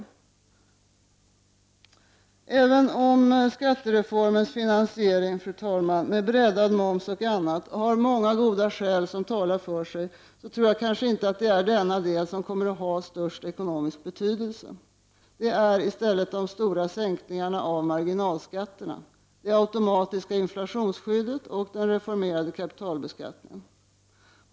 13 juni 1990 Även om skattereformens finansiering, fru talman, med breddad moms och annat, har många goda skäl som talar för sig tror jag inte att det är denna del som kommer att ha störst ekonomisk betydelse. Det är i stället de stora sänkningarna av marginalskatterna, det automatiska inflationsskyddet och den reformerade kapitalbeskattningen.